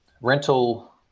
rental